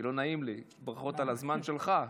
כי לא נעים לי ברכות על הזמן שלך.